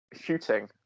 shooting